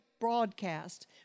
broadcast